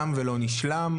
תם ולא נשלם.